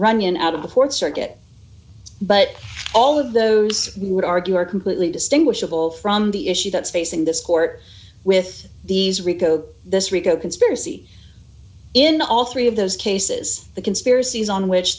running out of the th circuit but all of those would argue are completely distinguishable from the issue that's facing this court with these rico this rico conspiracy in all three of those cases the conspiracies on which